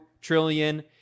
trillion